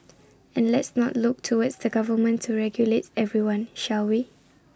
and let's not look towards the government to regulate everyone shall we